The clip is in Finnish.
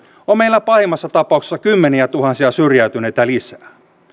on meillä pahimmassa tapauksessa kymmeniätuhansia syrjäytyneitä lisää